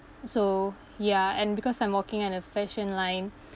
so ya and because I'm working at a fashion line